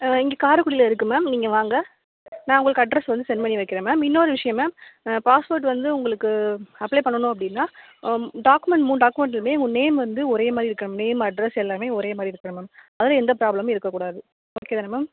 ஆ இங்கே காரைக்குடில இருக்கு மேம் நீங்கள் வாங்க நான் உங்களுக்கு அட்ரஸ் வந்து சென்ட் பண்ணி வைக்கிறேன் மேம் இன்னோரு விஷயம் மேம் பாஸ்போர்ட் வந்து உங்களுக்கு அப்ளை பண்ணணும் அப்படினா டாக்குமெண்ட் மூணு டாக்குமெண்டுலுமே உங்கள் நேம் வந்து ஒரே மாதிரி இருக்கணும் நேம் அட்ரஸ் எல்லாமே ஒரே மாதிரி இருக்கணும் மேம் அதில் எந்த ப்ராப்ளமும் இருக்கக்கூடாது ஓகே தான மேம்